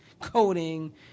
coding